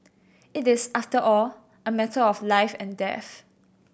it is after all a matter of life and death